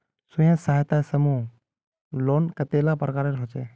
स्वयं सहायता समूह लोन कतेला प्रकारेर होचे?